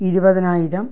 ഇരുപതിനായിരം